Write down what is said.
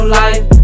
life